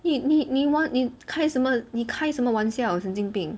你你你玩你开什么玩笑神经病